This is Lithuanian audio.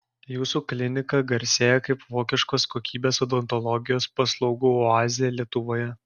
jūsų klinika garsėja kaip vokiškos kokybės odontologijos paslaugų oazė lietuvoje